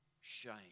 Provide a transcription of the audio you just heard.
shame